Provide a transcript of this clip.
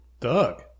Doug